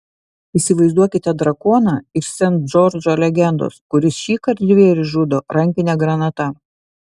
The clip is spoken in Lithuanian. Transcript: įsivaizduokite drakoną iš sent džordžo legendos kuris šįkart žvėris žudo rankine granata